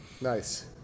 Nice